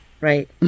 Right